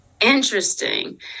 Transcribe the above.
Interesting